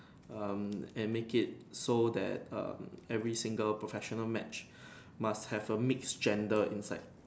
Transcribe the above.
um and make it so that um every single professional match must have a mix gender inside